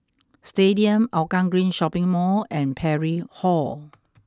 Stadium Hougang Green Shopping Mall and Parry Hall